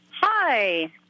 Hi